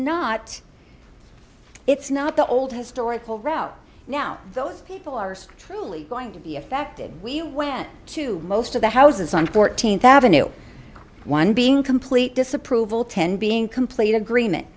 not it's not the old historical route now those people are truly going to be affected we went to most of the houses on fourteenth avenue one being complete disapproval ten being complete agreement